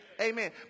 Amen